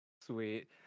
sweet